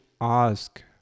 ask